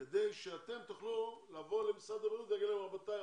כדי שאתם תוכלו לבוא למשרד הבריאות ולהגיד להם: רבותיי,